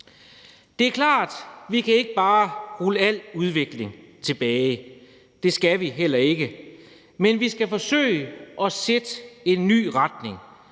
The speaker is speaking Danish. Det er klart, at vi ikke bare kan rulle al udvikling tilbage, og det skal vi heller ikke, men vi skal forsøge at sætte en ny retning.